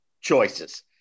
choices